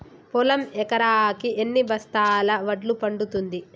పొలం ఎకరాకి ఎన్ని బస్తాల వడ్లు పండుతుంది?